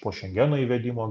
po šengeno įvedimo